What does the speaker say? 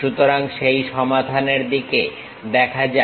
সুতরাং সেই সমাধানের দিকে দেখা যাক